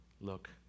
look